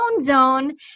zone